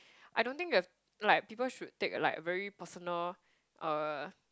I don't think that like people should take a like very personal uh